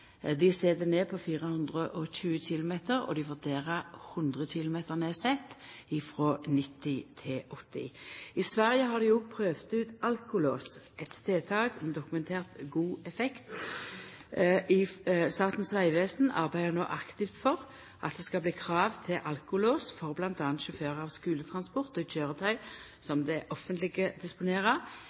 Dei set ned fartsgrensene på 420 km, og dei vurderer 100 km nedsett frå 90 til 80. I Sverige har dei òg prøvd ut alkolås, eit tiltak med dokumentert god effekt. Statens vegvesen arbeider no aktivt for at det skal bli krav til alkolås for bl.a. køyretøy brukt til skuletransport og i køyretøy som det offentlege disponerer.